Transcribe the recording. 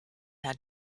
had